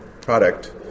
product